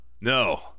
No